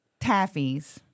taffies